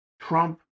Trump